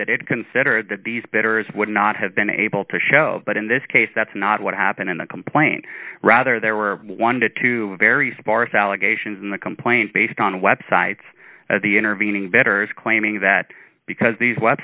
that it considered that these betters would not have been able to show but in this case that's not what happened in the complaint rather there were one to two very sparse allegations in the complaint based on the websites of the intervening bettors claiming that because these web